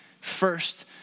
first